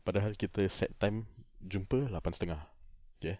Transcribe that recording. padahal kita set time jumpa lapan setengah okay